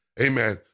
amen